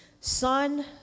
son